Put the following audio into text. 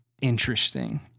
interesting